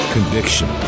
Conviction